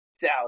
South